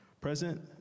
present